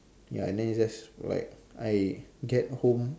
ya and then it's just like I get home